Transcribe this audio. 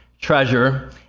treasure